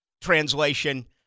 Translation